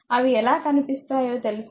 అవి ఎలా కనిపిస్తాయో తెలుసా